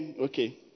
Okay